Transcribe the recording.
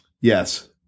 Yes